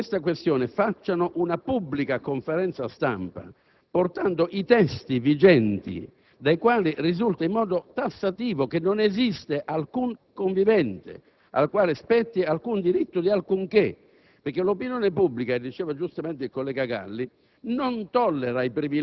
allora formalmente ai senatori Questori che su tale questione facciano una pubblica conferenza stampa, portando i testi vigenti, dai quali risulta in modo tassativo che non esiste alcun convivente al quale spetti alcun diritto di alcunché.